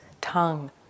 tongue